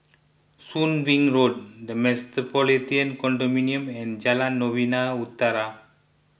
Soon Wing Road the Metropolitan Condominium and Jalan Novena Utara